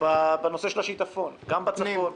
בנושא של השיטפון, גם בצפון,